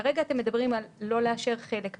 כרגע אתם מדברים על לא לאשר חלק מהצו,